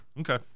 Okay